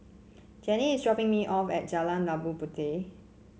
Jenni is dropping me off at Jalan Labu Puteh